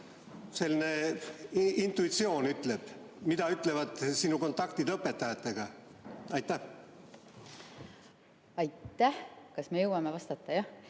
selline intuitsioon ütleb, mida ütlevad sinu kontaktid õpetajatega? Aitäh! Kas me jõuame vastata, jah?